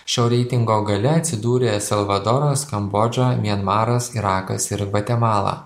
šio reitingo gale atsidūrė salvadoras kambodža mianmaras irakas ir gvatemala